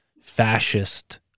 fascist